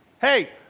Hey